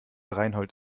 reinhold